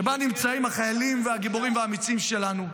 שבה נמצאים החיילים הגיבורים והאמיצים שלנו,